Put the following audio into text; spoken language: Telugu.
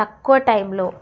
తక్కువ టైంలో